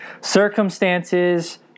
Circumstances